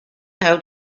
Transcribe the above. out